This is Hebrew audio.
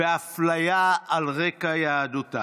ואפליה על רקע יהדותם.